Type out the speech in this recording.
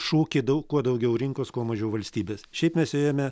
šūkį daug kuo daugiau rinkos kuo mažiau valstybės šiaip mes ėjome